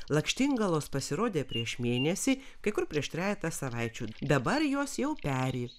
lakštingalos pasirodė prieš mėnesį kai kur prieš trejetą savaičių dabar jos jau peri